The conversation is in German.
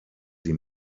sie